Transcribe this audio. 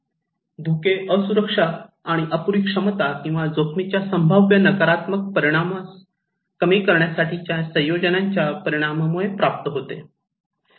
हे धोके असुरक्षा आणि अपुरी क्षमता किंवा जोखमीच्या संभाव्य नकारात्मक परिणामास कमी करण्यासाठीच्या संयोजनांच्या परिणामामुळे प्राप्त होते